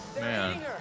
man